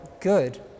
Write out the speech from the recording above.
good